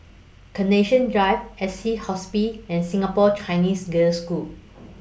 Carnation Drive Assisi Hospice and Singapore Chinese Girls' School